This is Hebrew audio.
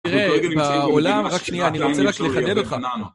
תראה, בעולם, רק שנייה, אני רוצה רק לחדד אותך.